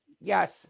Yes